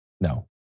No